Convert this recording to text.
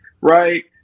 right